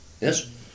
yes